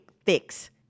fix